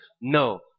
No